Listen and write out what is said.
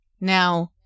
Now